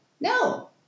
No